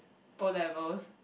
O-levels